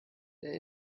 der